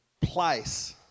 place